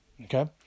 okay